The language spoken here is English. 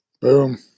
Boom